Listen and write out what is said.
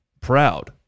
proud